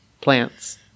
plants